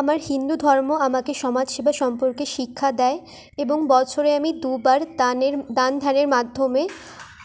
আমার হিন্দু ধর্ম আমাকে সমাজ সেবা সম্পর্কে শিক্ষা দেয় এবং বছরে আমি দুবার দানের দান ধ্যানের মাধ্যমে